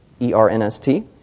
E-R-N-S-T